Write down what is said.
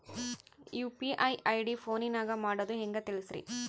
UPI ID ಫೋನಿನಾಗ ಮಾಡೋದು ಹೆಂಗ ತಿಳಿಸ್ರಿ?